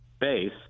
base